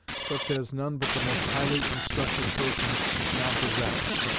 such as none but the most highly instructed persons now possess,